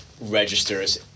registers